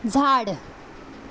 झाड